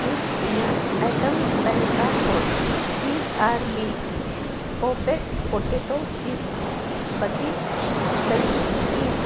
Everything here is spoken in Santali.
ᱤᱧ ᱤᱧᱟᱹᱜ ᱟᱭᱴᱮᱢ ᱛᱟᱹᱞᱤᱠᱟ ᱠᱷᱚᱱ ᱵᱤ ᱟᱨ ᱵᱤ ᱯᱚᱴᱮᱴᱳ ᱪᱤᱯᱥ ᱵᱟᱹᱛᱤᱞ ᱞᱟᱹᱜᱤᱫ ᱤᱧ